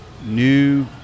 new